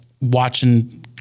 watching